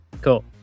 Cool